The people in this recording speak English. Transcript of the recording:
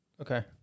Okay